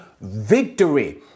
victory